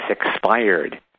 expired